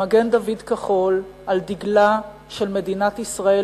למגן-דוד כחול על דגלה של מדינת ישראל,